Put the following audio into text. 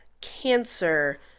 cancer